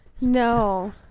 No